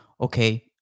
okay